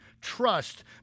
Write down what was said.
trust